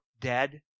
dead